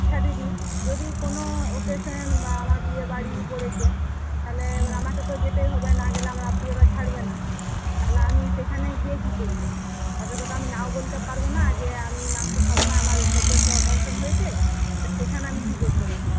আচ্ছা দিদি যদি কোনও অকেশন বা আমার বিয়েবাড়ি পড়েছে তাহলে এবার আমাকে তো যেতে হবে না গেলে আমার আত্মীয়রা ছাড়বে না তাহলে আমি সেখানে গিয়ে কী করবো আমি নাও বলতে পারবো না যে আমি মাংস খাবো না আমার এই সদ্য একটা অপারেশন হয়েছে তো সেখানে আমি কী করতে পারি